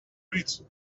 read